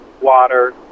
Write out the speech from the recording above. water